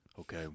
okay